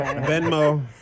Venmo